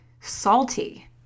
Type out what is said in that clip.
salty